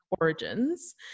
origins